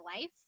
life